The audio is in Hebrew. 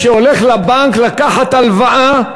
כשהוא כשהולך לבנק לקחת הלוואה,